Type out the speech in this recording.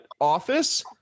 office –